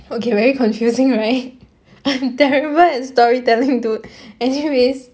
okay very confusing right I'm terrible at storytelling dude as if is